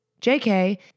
JK